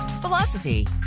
philosophy